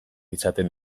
izaten